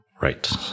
Right